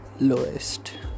lowest